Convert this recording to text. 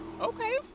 Okay